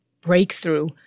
breakthrough